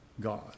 God